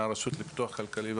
מהרשות לפיתוח כלכלי,